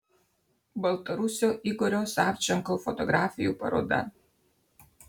baltarusio igorio savčenko fotografijų paroda